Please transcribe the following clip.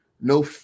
no